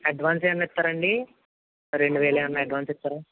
advance ఏమన్న ఇస్తారా అండి రెండు వేలు ఏమన్న అడ్వాన్స్ ఇస్తారా